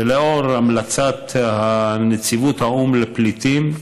ולאור המלצת נציבות האו"ם לפליטים,